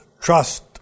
trust